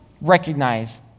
recognize